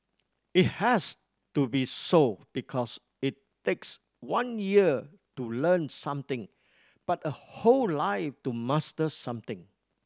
it has to be so because it takes one year to learn something but a whole life to master something